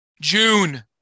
June